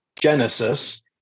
Genesis